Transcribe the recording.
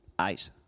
eight